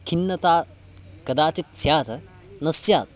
खिन्नता कदाचित् स्यात् न स्यात्